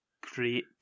great